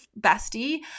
bestie